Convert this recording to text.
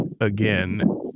again